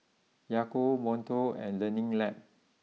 Yakult Monto and Learning Lab